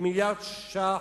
כמיליארד שקל